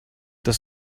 das